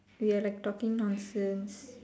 we're like talking nonsense